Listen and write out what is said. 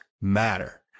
matter